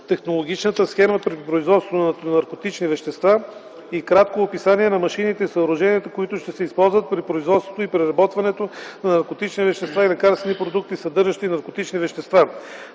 (технологичната схема при производство на наркотични вещества) и кратко описание на машините и съоръженията, които ще се използват при производството и преработването на наркотични вещества и лекарствени продукти, съдържащи наркотични вещества;